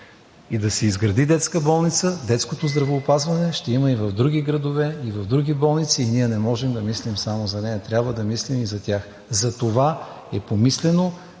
и да се изгради детска болница, детско здравеопазване ще има и в други градове, и в други болници и ние не можем да мислим само за нея, трябва да мислим и за тях. Затова е помислено.